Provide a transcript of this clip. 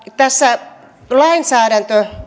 tässä lainsäädäntö